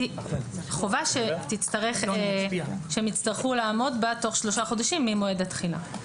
חובה שהם יצטרכו לעמוד בה תוך שלושה חודשים ממועד התחילה.